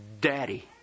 Daddy